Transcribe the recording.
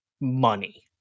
money